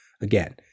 again